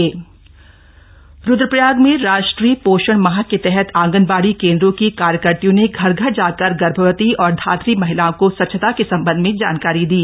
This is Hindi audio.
पोषण माह रुद्रप्रयाग रुद्रप्रयाग में राष्ट्रीय शोषण माह के तहत श ंगनबाड़ी केंद्रों की कार्यकत्रियों ने घर घर जाकर गर्भवती और धात्री महिलाओं को स्वच्छता के सम्बन्ध में जानकारी दी